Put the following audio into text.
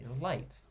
Light